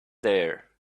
there